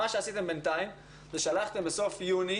מה שעשיתם בינתיים, שלחתם בסוף יוני